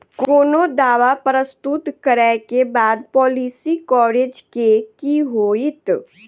कोनो दावा प्रस्तुत करै केँ बाद पॉलिसी कवरेज केँ की होइत?